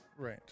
right